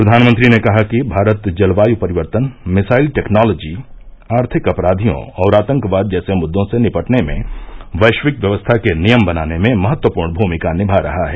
प्रधानमंत्री ने कहा कि भारत जलवाय परिवर्तन मिसाइल टेक्नोलोजी आर्थिक अपराधियों और आतंकवाद जैसे मद्दों से निपटने में वैरिवक व्यवस्था के नियम बनाने में महत्वपूर्ण भूमिका निभा रहा है